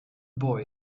boy